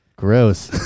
Gross